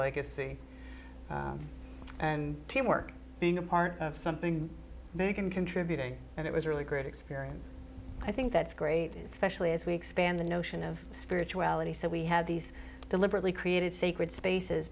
legacy and teamwork being a part of something you can contribute and it was a really great experience i think that's great is freshly as we expand the notion of spirituality so we had these deliberately created sacred spaces